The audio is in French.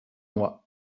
mois